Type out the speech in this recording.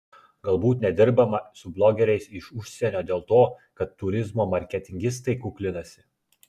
galbūt nedirbama su blogeriais iš užsienio dėl to kad turizmo marketingistai kuklinasi